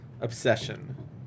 obsession